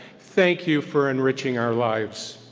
thank you for enriching our lives.